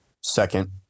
second